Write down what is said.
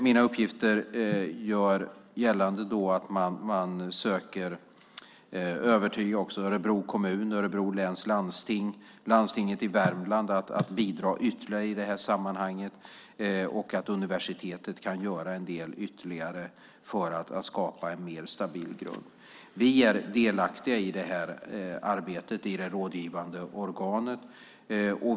Mina uppgifter gör gällande att man söker övertyga Örebro kommun, Örebro läns landsting och Landstinget i Värmland när det gäller att bidra ytterligare i det här sammanhanget och att universitetet kan göra en del ytterligare för att skapa en mer stabil grund. Vi är delaktiga i det här arbetet, i det rådgivande organet.